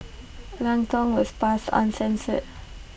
Lang Tong was passed uncensored